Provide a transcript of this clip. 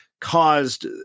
Caused